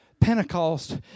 Pentecost